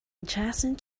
adjacent